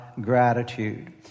gratitude